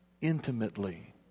intimately